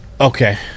Okay